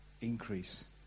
increase